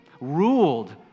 ruled